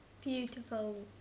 Beautiful